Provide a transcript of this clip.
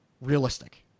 realistic